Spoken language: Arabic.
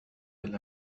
إلى